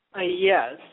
yes